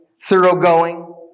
thoroughgoing